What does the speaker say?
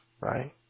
right